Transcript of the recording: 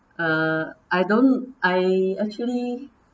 uh I don't I actually